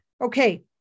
Okay